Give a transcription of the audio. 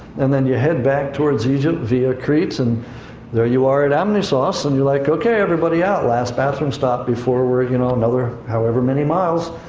and then you head back towards egypt via crete, and there you are at amnisos, and you're like, okay, everybody out, last bathroom stop before we're, you know, another however many miles.